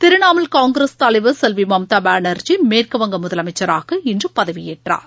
திரிணாமுல் காங்கிரஸ் தலைவர் செல்விமம்தாபானர்ஜி மேற்குவங்க முதலமைச்சராக இன்றுபதவியேற்றார்